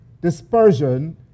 dispersion